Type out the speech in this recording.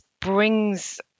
brings